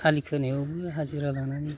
आलि खोनायावबो हाजिरा लानानै